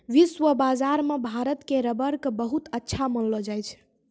विश्व बाजार मॅ भारत के रबर कॅ बहुत अच्छा मानलो जाय छै